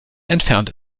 entfernt